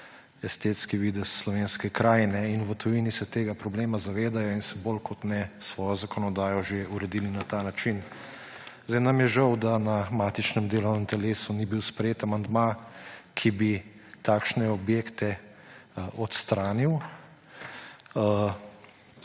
estetski videz slovenske krajine. In v tujini se tega problema zavedajo in so bolj kot ne svojo zakonodajo že uredili na ta način. Nam je žal, da na matičnem delovnem telesu ni bil sprejet amandma, ki bi takšne objekte odstranil,